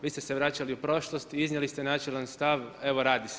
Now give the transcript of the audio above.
Vi ste se vraćali u prošlost i iznijeli ste načelan stav, evo radi se.